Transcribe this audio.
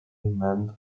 manned